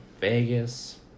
Vegas